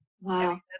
wow